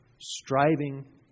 striving